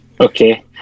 Okay